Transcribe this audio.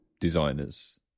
designers